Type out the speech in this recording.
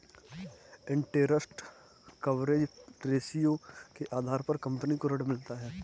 interest coverage ratio के आधार पर कंपनी को ऋण मिलता है